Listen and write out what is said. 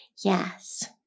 Yes